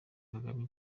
kagame